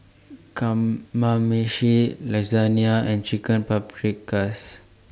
Kamameshi and Chicken Paprikas